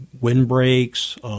windbreaks